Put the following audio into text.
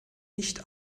nicht